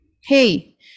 hey